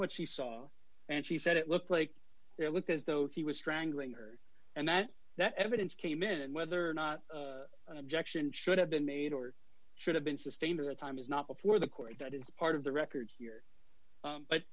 what she saw and she said it looked like it looked as though he was strangling her and that that evidence came in and whether or not an objection should have been made or should have been sustained and the time is not before the court that is part of the record